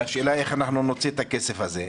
והשאלה איך אנחנו נוציא את הכסף הזה.